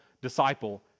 disciple